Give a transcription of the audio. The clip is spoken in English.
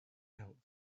out